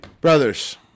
brothers